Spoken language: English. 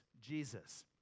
Jesus